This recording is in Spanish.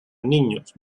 niños